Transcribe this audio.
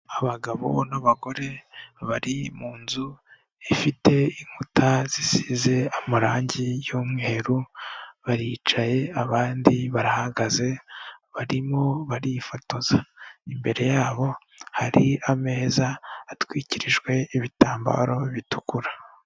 Abagabo n'abagore, bari munzu ifite inkuta zisize amarange y'umweru, baricaye abandi barahagaze, barimo barifotoza. Imbere yabo hari ameza atwikirijwe ibitambaro bitukura.